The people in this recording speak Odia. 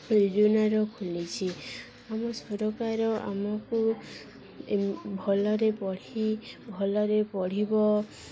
ଯୋଜନାର ଖୋଲିଛି ଆମ ସରକାର ଆମକୁ ଭଲରେ ପଢ଼ି ଭଲରେ ପଢ଼ିବ